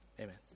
Amen